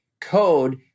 code